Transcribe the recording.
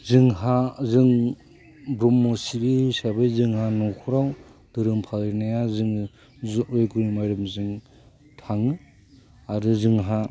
जोंहा जों ब्रह्मश्री हिसाबै जोंहा न'खराव धोरोम फालिनाया जोङो जय्गजों माजों थाङो आरो जोंहा